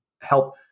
help